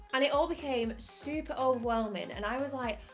and it all became super overwhelming, and i was like,